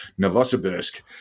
Novosibirsk